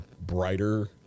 brighter